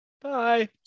Bye